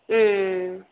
ம்